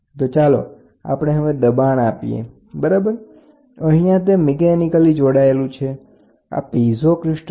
તો ચાલો આપણે હવે દબાણ આપીએ બરાબર અહીંયા તે મિકેનિકલી જોડાયેલું છે આ પીઝો ક્રિસ્ટલ છે